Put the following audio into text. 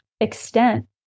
extent